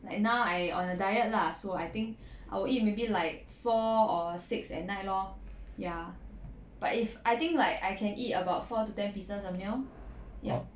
like now I on a diet lah so I think I will eat maybe like four or six at night lor ya but if I think like I can eat about four to ten pieces a meal ya